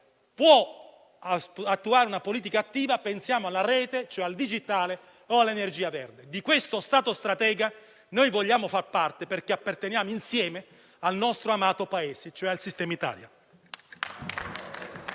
può attuare una politica attiva, e pensiamo alla rete (cioè al digitale) o all'energia verde. Di questo Stato stratega noi vogliamo far parte, perché apparteniamo insieme al nostro amato Paese, cioè al sistema Italia.